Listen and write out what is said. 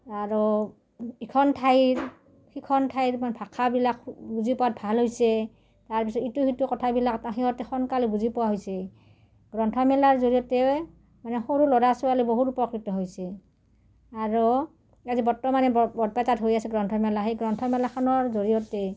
আৰু ইখন ঠাইৰ সিখন ঠাইৰ ভাষাবিলাক বুজি পোৱাত ভাল হৈছে তাৰ পিছত ইটো সিটো কথাবিলাক সোনকালে বুজি পোৱা হৈছে গ্ৰন্থমেলাৰ জৰিয়তে মানে সৰু ল'ৰা ছোৱালী বহুত উপকৃত হৈছে আৰু আজি বৰ্তমানে বৰপেটাত হৈ আছে গ্ৰন্থমেলা সেই গ্ৰন্থমেলাখনৰ জৰিয়তে